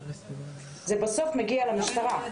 זה בסוף מגיע למשטרה.